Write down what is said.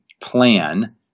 plan